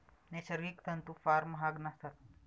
नैसर्गिक तंतू फार महाग नसतात